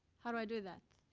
how do i do that?